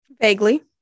Vaguely